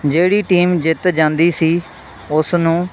ਜਿਹੜੀ ਟੀਮ ਜਿੱਤ ਜਾਂਦੀ ਸੀ ਉਸ ਨੂੰ